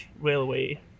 railway